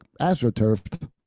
astroturf